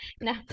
No